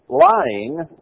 Lying